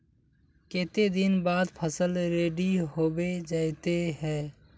केते दिन बाद फसल रेडी होबे जयते है?